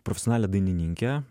profesionalią dainininkę